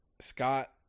Scott